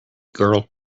girl